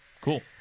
Cool